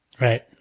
Right